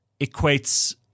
equates